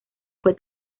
fue